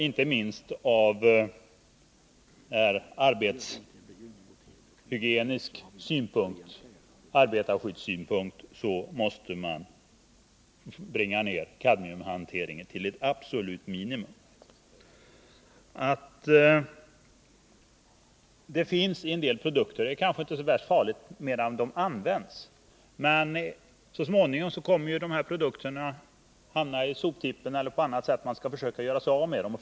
Inte minst från arbetarskyddssynpunkt måste man bringa ned kadmiumhanteringen till ett absolut minimum. Det kadmium som finns i en del produkter är kanske inte så farligt medan de används. Men så småningom kommer ju dessa produkter att hamna på soptippen. Man försöker förstöra dem och göra sig av med dem.